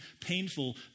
painful